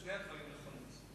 שני הדברים נכונים.